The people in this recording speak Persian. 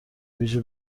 ویژه